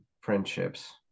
friendships